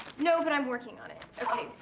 no, but i'm working on it. okay,